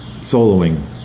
soloing